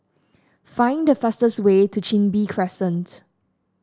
find the fastest way to Chin Bee Crescent